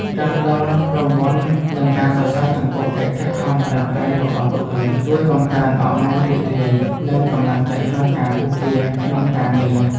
ការផ្តល់រង្វាន់និងការសរសើរចំពោះកិច្ចខិតខំប្រឹងប្រែងរបស់បុគ្គលិក ជួយបង្កើនអរម៉ូនរីករាយនិងកម្លាំងចិត្តក្នុងការពុះពារក្នុងការងារ។